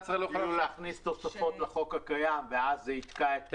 להכניס תוספות לחוק הקיים ואז זה יתקע את הכול.